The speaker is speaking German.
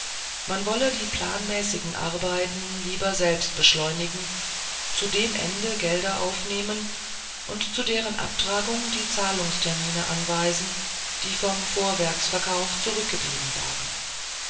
man wolle die planmäßigen arbeiten lieber selbst beschleunigen zu dem ende gelder aufnehmen und zu deren abtragung die zahlungstermine anweisen die vom vorwerksverkauf zurückgeblieben waren